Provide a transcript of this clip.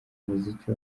muziki